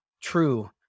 true